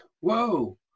whoa